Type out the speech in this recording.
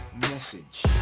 message